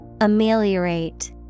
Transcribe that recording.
ameliorate